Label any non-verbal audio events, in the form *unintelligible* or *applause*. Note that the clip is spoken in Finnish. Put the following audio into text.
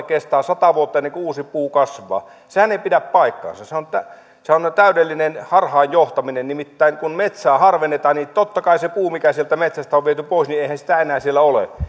*unintelligible* kestää sata vuotta ennen kuin uusi puu kasvaa sen kaadetun puun tilalle sehän ei pidä paikkaansa sehän on täydellistä harhaan johtamista nimittäin kun metsää harvennetaan niin tietenkään sitä puuta mikä sieltä metsästä on viety pois ei enää siellä ole